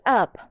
up